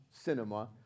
cinema